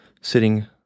sitting